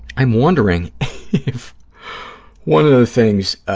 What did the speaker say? i'm wondering if one of the things